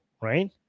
right